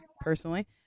personally